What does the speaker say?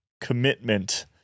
commitment